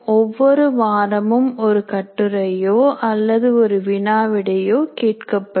ஒவ்வொரு வாரமும் ஒரு கட்டுரையோ அல்லது ஒரு வினா விடையோ கேட்கப்படும்